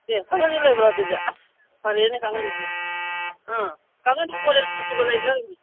ꯑꯦ ꯀꯥꯡꯒꯜꯁꯨ ꯂꯩꯕ꯭ꯔꯣ ꯑꯗꯨꯗꯤ ꯑꯁ ꯐꯔꯦꯅꯦ ꯀꯥꯡꯒꯜꯗꯨꯁꯨ ꯑꯥ ꯀꯥꯡꯒꯜꯗꯨ ꯑꯣꯔꯦꯟꯖ ꯃꯆꯨꯒ ꯂꯩꯕ꯭ꯔꯣꯃꯤ